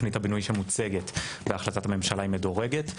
הבינוי שמוצגת בהחלטת הממשלה היא מדורגת,